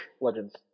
legends